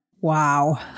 Wow